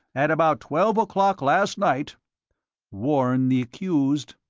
at about twelve o'clock last night warn the accused,